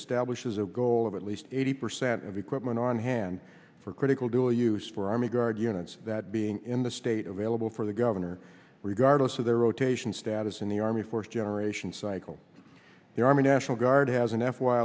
establishes a goal of at least eighty percent of equipment on hand for critical dual use for army guard units that being in the state of ailill for the governor regardless of their rotation status in the army fourth generation cycle the army national guard has an f y